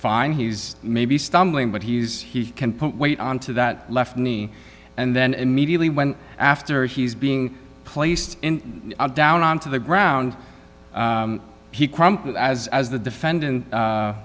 fine he's maybe stumbling but he's he can put weight onto that left knee and then immediately when after he's being placed in down on to the ground as as the defendant